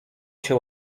się